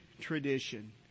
tradition